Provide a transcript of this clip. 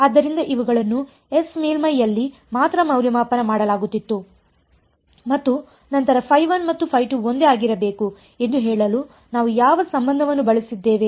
ಆದ್ದರಿಂದ ಇವುಗಳನ್ನು S ಮೇಲ್ಮೈಯಲ್ಲಿ ಮಾತ್ರ ಮೌಲ್ಯಮಾಪನ ಮಾಡಲಾಗುತ್ತಿತ್ತು ಮತ್ತು ನಂತರ ಮತ್ತು ಒಂದೇ ಆಗಿರಬೇಕು ಎಂದು ಹೇಳಲು ನಾವು ಯಾವ ಸಂಬಂಧವನ್ನು ಬಳಸಿದ್ದೇವೆ